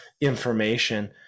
information